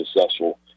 successful